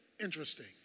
interesting